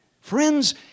friends